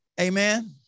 Amen